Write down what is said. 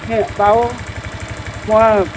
ও বাৰু মই